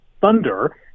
thunder